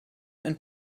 and